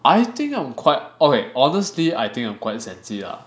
I think I'm quite okay honestly I think I'm quite sensy lah